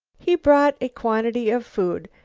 he brought a quantity of food,